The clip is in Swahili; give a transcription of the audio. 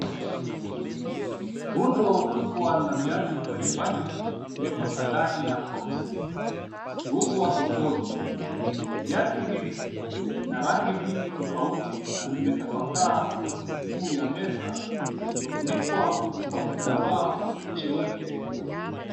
Rundo kubwa la viatu mbali mbali ikiwemo sandali na crocs zikiuzwa sokoni. Viatu hivi vina rangi nyingi tofauti na vimetapakaa juu ya meza iliyofunikwa kwa kitambaa cheupe.